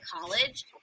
college